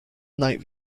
night